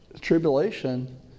Tribulation